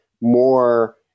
more